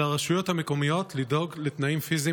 על הרשויות המקומיות לדאוג לתנאים פיזיים